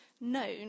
known